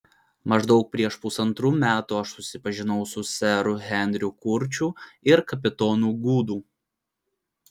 maždaug prieš pusantrų metų aš susipažinau su seru henriu kurčiu ir kapitonu gudu